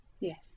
Yes